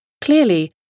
Clearly